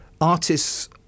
artists